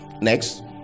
Next